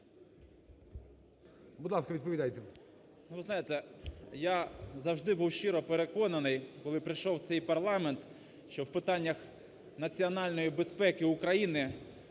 Будь ласка, відповідайте.